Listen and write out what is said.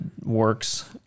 works